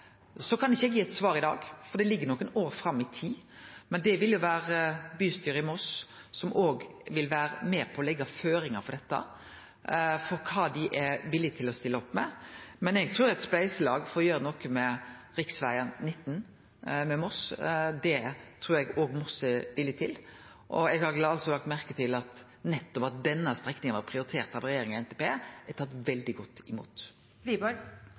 kan ikkje gi eit svar i dag, for det ligg nokre år fram i tid. Men bystyret i Moss vil òg vere med på å leggje føringar for dette, for kva dei er villige til å stille opp med. Eg trur at eit spleiselag med Moss for å gjere noko med rv. 19, det er Moss villig til, for eg har lagt merke til at det at nettopp denne strekninga var prioritert av regjeringa i NTP, er tatt veldig godt